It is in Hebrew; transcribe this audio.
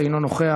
אינו נוכח,